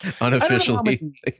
unofficially